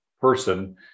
person